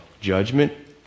judgment